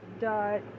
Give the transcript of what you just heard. dot